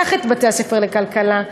קח את בתי-הספר לכלכלה,